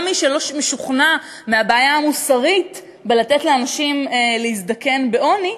גם מי שלא משוכנע בבעיה המוסרית של לתת לאנשים להזדקן בעוני,